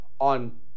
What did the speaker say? on